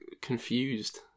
confused